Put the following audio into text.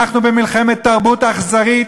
אנחנו במלחמת תרבות אכזרית.